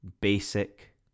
basic